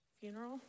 funeral